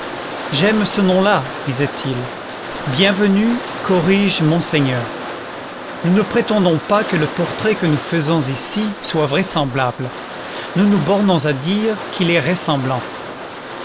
j'aime ce nom-là disait-il bienvenu corrige monseigneur nous ne prétendons pas que le portrait que nous faisons ici soit vraisemblable nous nous bornons à dire qu'il est ressemblant